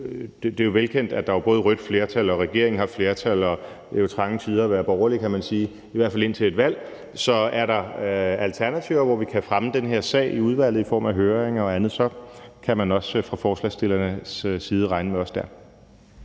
det er jo velkendt, at der både er et rødt flertal, og at regeringen har flertal, og at det, kan man sige, er trange tider at være borgerlig i, i hvert fald indtil et valg. Så er der alternativer, og kan vi fremme den her sag i udvalget i form af høringer og andet, kan man fra forslagsstillernes side også regne med os.